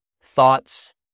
thoughts